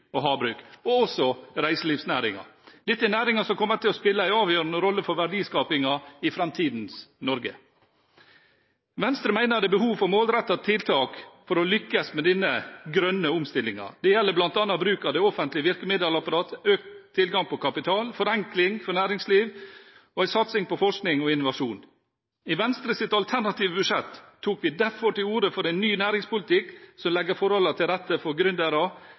og havbruk og også reiselivsnæringen. Dette er næringer som kommer til å spille en avgjørende rolle for verdiskapingen i framtidens Norge. Venstre mener at det er behov for målrettede tiltak for å lykkes med denne grønne omstillingen. Det gjelder bl.a. bruk av det offentlige virkemiddelapparatet, økt tilgang på kapital, forenkling for næringslivet og en satsing på forskning og innovasjon. I Venstres alternative budsjett tok vi derfor til orde for en ny næringspolitikk som legger forholdene til rette for